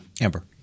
Amber